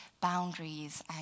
boundaries